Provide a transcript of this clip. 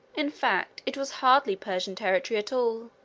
in fact, it was hardly persian territory at all.